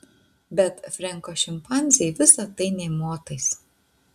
bet frenko šimpanzei visa tai nė motais